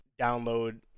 download